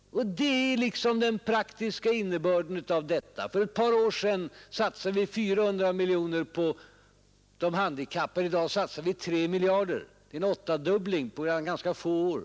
Och det är den praktiska innebörden i vad vi har gjort. För ett par år sedan satsade vi 400 miljoner på de handikappade. I dag satsar vi 3 miljarder — en åttadubbling på ganska få år.